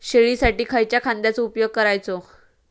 शेळीसाठी खयच्या खाद्यांचो उपयोग करायचो?